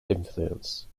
influence